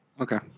Okay